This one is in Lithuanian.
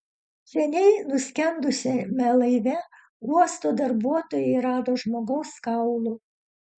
seniai nuskendusiame laive uosto darbuotojai rado žmogaus kaulų